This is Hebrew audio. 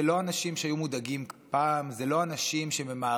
אלה לא אנשים שהיו מודאגים פעם,